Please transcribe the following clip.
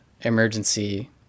emergency